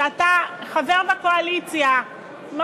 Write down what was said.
שאתה חבר בקואליציה שלה,